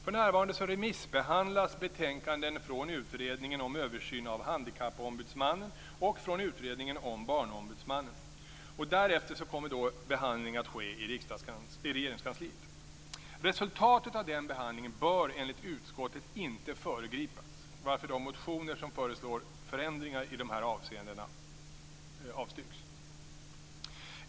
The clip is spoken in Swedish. För närvarande remissbehandlas betänkanden från utredningen om översyn av Handikappombudsmannen och från utredningen om Barnombudsmannen, och därefter kommer behandling att ske i Regeringskansliet. Resultatet av den behandlingen bör enligt utskottet inte föregripas, varför de motioner där man föreslår förändringar i de här avseendena avstyrks.